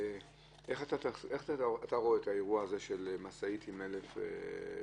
רואה את האירוע של משאית עם 1,000 תבניות?